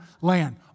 land